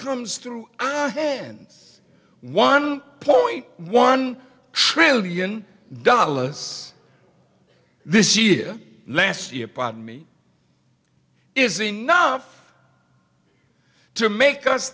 comes through then one point one trillion dollars this year last year pardon me is enough to make us